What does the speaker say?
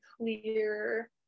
clear